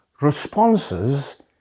responses